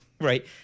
right